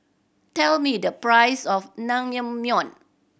tell me the price of Naengmyeon